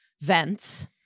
vents